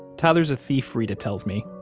tyler's a thief, reta tells me,